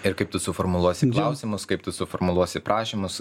ir kaip tu suformuluosi klausimus kaip tu suformuluosi prašymus